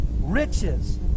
riches